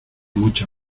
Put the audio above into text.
mucha